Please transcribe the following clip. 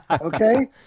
Okay